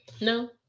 No